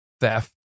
theft